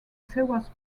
seward